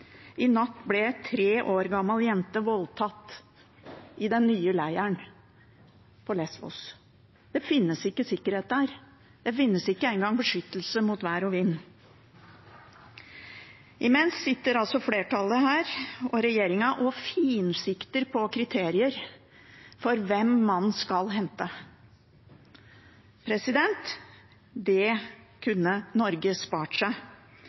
I natt ble en tre år gammel jente voldtatt i den nye leiren på Lesvos. Det finnes ikke sikkerhet der. Det finnes ikke engang beskyttelse mot vær og vind. Imens sitter altså flertallet og regjeringen og finsikter på kriterier for hvem man skal hente. Det kunne Norge spart seg.